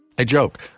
a joke.